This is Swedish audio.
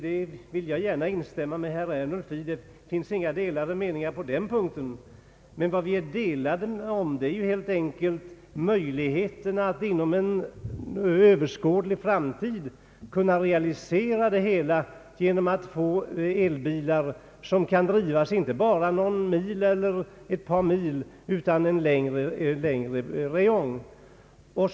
Det vill jag gärna instämma med herr Ernulf i, och det råder inga delade meningar på den punkten. Vad det råder delade meningar om är möjligheten att inom en överskådlig framtid kunna realisera tanken att få fram elbilar som kan drivas inte bara någon eller ett par mil utan en längre sträcka.